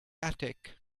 attic